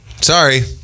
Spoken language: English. Sorry